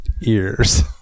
ears